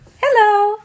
Hello